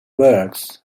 works